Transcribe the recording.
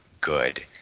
good